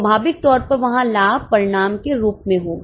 स्वभाविक तौर पर वहां लाभ परिणाम के रूप में होगा